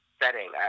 setting